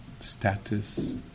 status